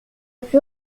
plus